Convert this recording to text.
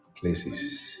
places